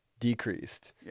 decreased